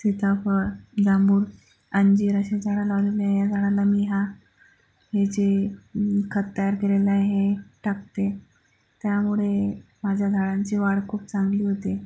सीताफळ जांभूळ अंजीर अशी झाडं लावलेली आहे झाडांना मी ह्या हे जे खत तयार केलेलं आहे हे टाकते त्यामुळे माझ्या झाडांची वाढ खूप चांगली होते